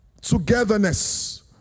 togetherness